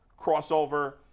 crossover